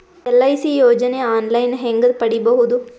LIC ಯೋಜನೆ online ಹೇಂಗ ಪಡಿಬಹುದು?